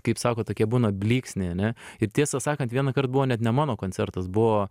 kaip sako tokie būna blyksniai ane ir tiesą sakant vienąkart buvo net ne mano koncertas buvo